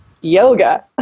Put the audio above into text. yoga